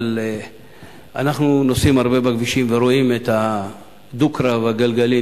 אנחנו נוסעים הרבה בכבישים ורואים את הדו-קרב הגלגלי,